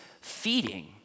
feeding